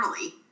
early